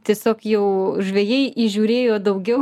tiesiog jau žvejai įžiūrėjo daugiau